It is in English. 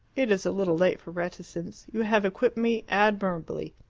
it is a little late for reticence. you have equipped me admirably!